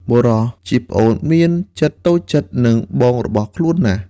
បុរសជាប្អូនមានចិត្តតូចចិត្តនឹងបងរបស់ខ្លួនណាស់។